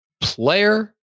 player